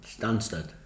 Stansted